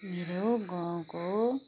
मेरो गाउँको